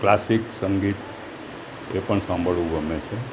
classic સંગીત એ પણ સાંભળવું ગમે છે